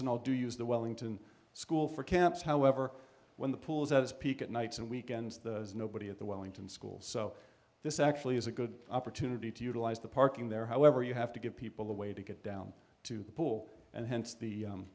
and i'll do use the wellington school for camps however when the pool is as peak at nights and weekends as nobody at the wellington school so this actually is a good opportunity to utilize the parking there however you have to give people a way to get down to the pool and hence the